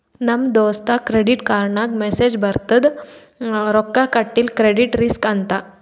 ನಮ್ ದೋಸ್ತಗ್ ಕ್ರೆಡಿಟ್ ಕಾರ್ಡ್ಗ ಮೆಸ್ಸೇಜ್ ಬರ್ತುದ್ ರೊಕ್ಕಾ ಕಟಿಲ್ಲ ಕ್ರೆಡಿಟ್ ರಿಸ್ಕ್ ಅಂತ್